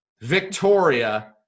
Victoria